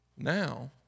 Now